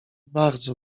bardzo